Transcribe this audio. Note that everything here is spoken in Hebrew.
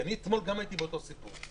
כי אתמול הייתי באותו סיפור.